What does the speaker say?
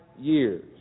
years